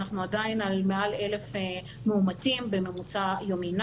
אנחנו עדיין על מעל 1,000 מאומתים בממוצע יומי,